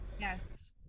yes